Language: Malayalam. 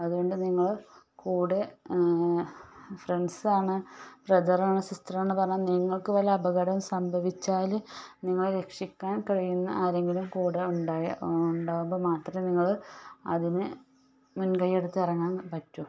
അതുകൊണ്ട് നിങ്ങൾ കൂടെ ഫ്രണ്ട്സാണ് ബ്രദറാണ് സിസ്റ്ററാണെന്ന് പറഞ്ഞാൽ നിങ്ങൾക്ക് വല്ല അപകടം സംഭവിച്ചാൽ നിങ്ങളെ രക്ഷിക്കാൻ കഴിയുന്ന ആരെങ്കിലും കൂടെ ഉണ്ടകുമ്പോൾ മാത്രമേ നിങ്ങൾ അതിന് മുൻ കയ്യെടുത്ത് ഇറങ്ങാൻ പറ്റു ഓക്കേ